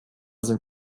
sind